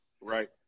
Right